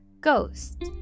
Ghost